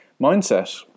mindset